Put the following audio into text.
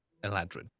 Eladrin